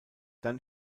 dann